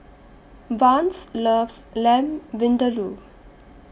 Vance loves Lamb Vindaloo